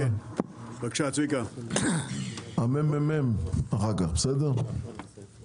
אחר כך מרכז המחקר והמידע.